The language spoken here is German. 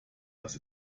dass